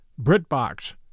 BritBox